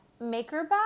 MakerBot